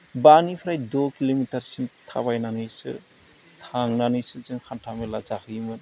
बानिफ्राय द' किल'मिटारसिम थाबायनानैसो थांनानैसो जों हान्था मेला जाहैयोमोन